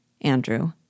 Andrew